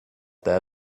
that